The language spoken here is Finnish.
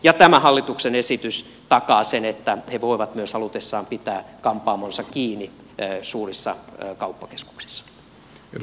ja tämä hallituksen esitys takaa sen että he voivat myös halutessaan pitää kampaamonsa kiinni suurissa kauppakeskuksissa